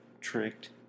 tricked